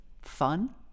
fun